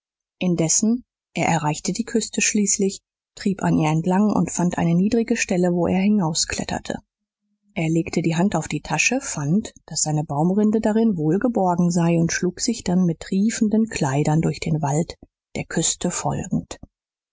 indessen er erreichte die küste schließlich trieb an ihr entlang und fand eine niedrige stelle wo er hinauskletterte er legte die hand auf die tasche fand daß seine baumrinde darin wohlgeborgen sei und schlug sich dann mit triefenden kleidern durch den wald der küste folgend